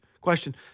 Question